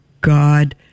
God